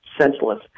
senseless